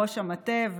ראש המטה,